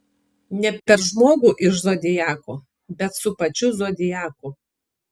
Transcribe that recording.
ne per žmogų iš zodiako bet su pačiu zodiaku